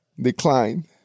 decline